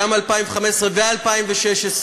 גם 2015 ו-2016,